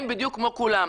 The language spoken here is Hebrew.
הם בדיוק כמו כולם.